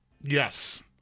Yes